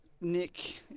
Nick